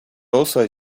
also